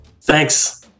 thanks